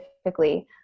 specifically